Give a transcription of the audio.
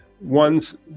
ones